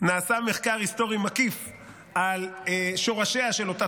נעשה מחקר היסטורי מקיף על שורשיה של אותה